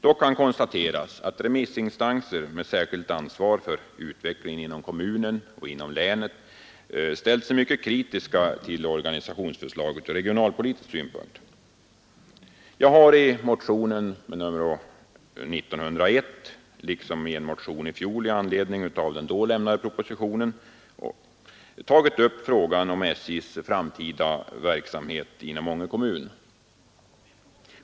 Dock kan konstateras att remissinstanser med särskilt ansvar för utvecklingen inom kommunen och inom länet ställt sig mycket kritiska till omorganisationsförslaget ur regionalpolitisk synpunkt. Jag har i motionen 1901 — liksom i en motion i fjol i anledning av den då avlämnade propositionen — tagit upp frågan om SJ:s framtida verksamhet inom Ånge kommun.